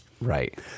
Right